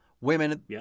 women